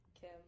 Kim